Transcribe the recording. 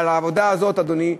על העבודה הזאת, אדוני,